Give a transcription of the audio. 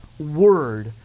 word